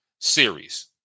series